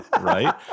Right